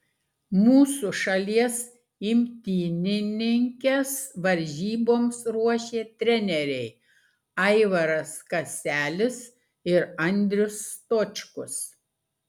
mūsų šalies imtynininkes varžyboms ruošė treneriai aivaras kaselis ir andrius stočkus